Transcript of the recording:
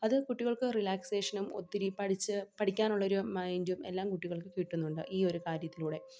അത് കുട്ടികൾക്ക് റിലാക്സേഷനും ഒത്തിരി പഠിച്ച് പഠിക്കാനുള്ളൊരു മൈൻഡും എല്ലാം കുട്ടികൾക്ക് കിട്ടുന്നുണ്ട് ഈ ഒരു കാര്യത്തിലൂടെ